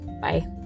Bye